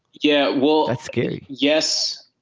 yeah, well, it's scary. yes.